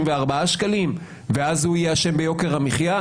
שקלים ואז הוא יהיה אשם ביוקר המחיה,